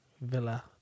villa